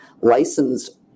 licensed